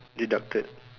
deducted